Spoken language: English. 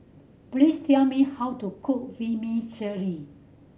please tell me how to cook Vermicelli